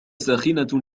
ساخنة